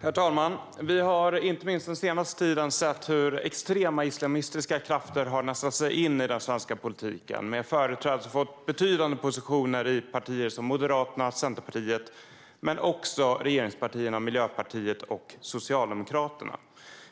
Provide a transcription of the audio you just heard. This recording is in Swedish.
Herr talman! Vi har under inte minst den senaste tiden sett hur extrema islamistiska krafter har nästlat sig in i den svenska politiken. Företrädare har fått betydande positioner i partier som Moderaterna och Centerpartiet men även i regeringspartierna Miljöpartiet och Socialdemokraterna.